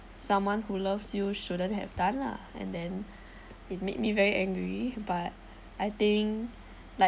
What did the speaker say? someone who loves you shouldn't have done lah and then it made me very angry but I think like